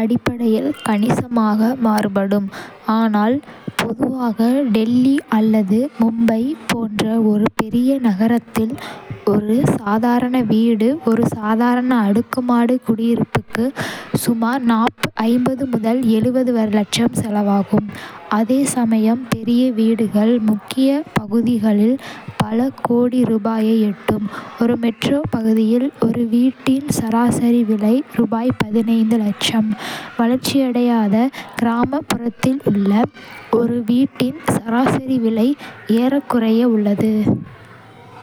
அடிப்படையில் கணிசமாக மாறுபடும், ஆனால் பொதுவாக, டெல்லி அல்லது மும்பை போன்ற ஒரு பெரிய நகரத்தில் ஒரு சாதாரண வீடு, ஒரு சாதாரண அடுக்குமாடி குடியிருப்புக்கு சுமார் லட்சம் செலவாகும். அதே சமயம் பெரிய வீடுகள் முக்கிய பகுதிகளில் பல கோடி ரூபாயை எட்டும்.ஒரு மெட்ரோ பகுதியில் ஒரு வீட்டின் சராசரி விலை ரூ. லட்சம்.வளர்ச்சியடையாத கிராமப்புறத்தில் உள்ள ஒரு வீட்டின் சராசரி விலை ஏறக்குறைய உள்ளது.